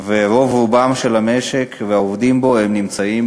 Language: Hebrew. ורוב רובו של המשק והעובדים בו נמצאים